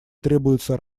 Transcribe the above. требуются